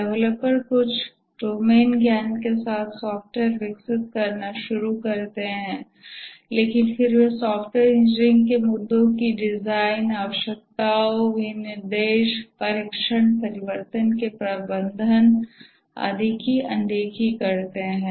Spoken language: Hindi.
डेवलपर्स कुछ डोमेन ज्ञान के साथ सॉफ्टवेयर विकसित करना शुरू करते हैं लेकिन फिर वे सॉफ्टवेयर इंजीनियरिंग के मुद्दों की डिजाइन आवश्यकताओं विनिर्देश परीक्षण परिवर्तन प्रबंधन आदि कि अनदेखी करते हैं